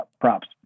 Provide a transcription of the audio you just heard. props